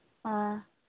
ꯑꯥ